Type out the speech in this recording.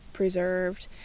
Preserved